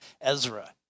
Ezra